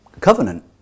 covenant